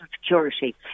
Security